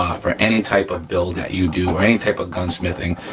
ah for any type of build that you do or any type of gunsmithing,